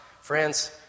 friends